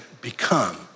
become